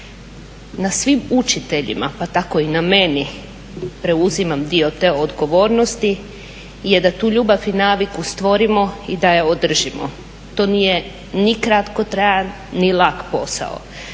Na svim učiteljima, pa tako i na meni, preuzimam dio te odgovornosti, je da tu ljubav i naviku stvorimo i da je održimo. To nije ni kratkotrajan ni lak posao.